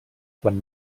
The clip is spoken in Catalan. quan